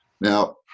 now